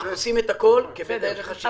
אנחנו עושים את הכול כבדרך השגרה,